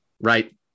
Right